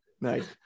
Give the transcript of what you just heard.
Nice